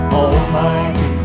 almighty